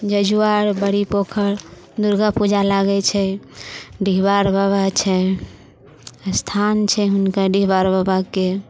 जजुवार बड़ी पोखरि दुर्गा पूजा लागै छै डीहबार बाबा छै स्थान छै हुनकर डीहबार बाबाके